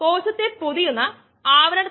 സാന്ദ്രത mass per volume ആണ്